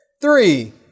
Three